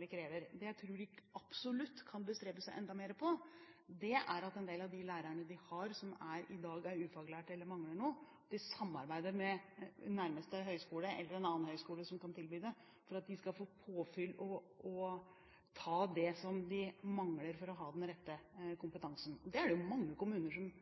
vi krever. Det jeg tror de absolutt kan bestrebe seg enda mer på – for en del av de lærerne de har, er i dag ufaglærte eller mangler noe – er å samarbeide med nærmeste høgskole eller en annen skole som har et tilbud for at de skal få påfyll og ta det som de mangler for å ha den rette kompetansen. Det er det jo mange kommuner som